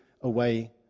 away